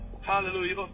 Hallelujah